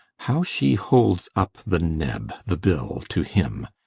how she holds up the neb, the bill to him!